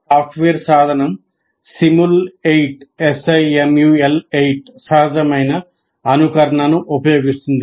software సాధనం SIMUL8 సహజమైన అనుకరణను ఉపయోగిస్తుంది